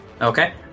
Okay